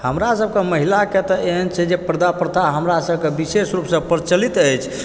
हमरा सबकऽ महिलाक तऽ एहन छै जे पर्दा प्रथा हमरा सबकऽ विशेष रूपसऽ प्रचलित अछि